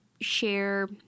share